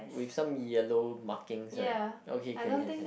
with some yellow markings right okay can can can